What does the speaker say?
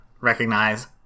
recognize